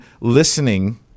listening